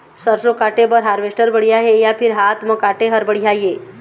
सरसों काटे बर हारवेस्टर बढ़िया हे या फिर हाथ म काटे हर बढ़िया ये?